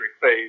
phase